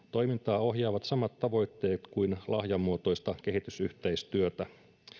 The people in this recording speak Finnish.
toimintaa ohjaavat samat tavoitteet kuin lahjamuotoista kehitysyhteistyötä